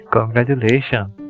Congratulations